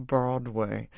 Broadway